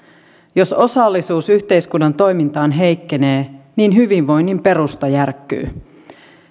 jos osallisuus yhteiskunnan toimintaan heikkenee niin hyvinvoinnin perusta järkkyy